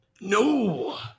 No